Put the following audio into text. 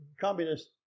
communist